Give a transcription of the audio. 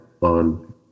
on